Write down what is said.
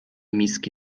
miski